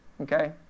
okay